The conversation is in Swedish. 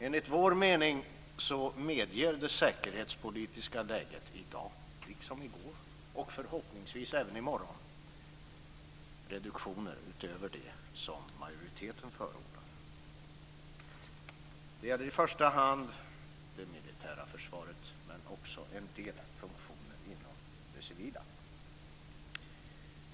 Enligt vår mening medger det säkerhetspolitiska läget i dag liksom i går och förhoppningsvis även i morgon reduktioner utöver det som majoriteten förordar. Det gäller i första hand det militära försvaret men också en del funktioner inom det civila.